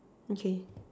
okay